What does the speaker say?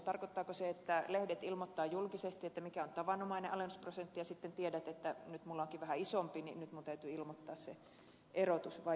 tarkoittaako se sitä että lehdet ilmoittavat julkisesti mikä on tavanomainen alennusprosentti ja kun sitten tiedän että nyt minulla onkin vähän isompi alennus minun täytyy ilmoittaa se erotus vai millä tavalla